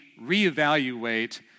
reevaluate